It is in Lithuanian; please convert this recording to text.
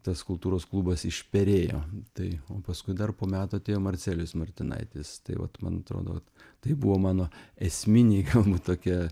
tas kultūros klubas išperėjo tai o paskui dar po metų atėjo marcelijus martinaitis tai vat man atrodo vat tai buvo mano esminiai galbūt tokie